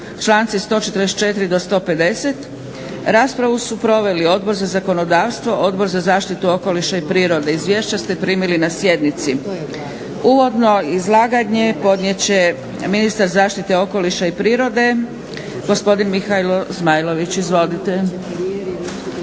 članci 144-150. Raspravu su proveli Odbor za zakonodavstvo, Odbor za zaštitu okoliša i prirode. Izvješća ste primili na sjednici. Uvodno izlaganje podnijet će ministar zaštite okoliša i prirode, gospodin Mihael Zmajlović. Izvolite.